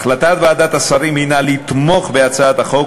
החלטת ועדת השרים היא לתמוך בהצעת החוק,